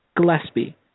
Gillespie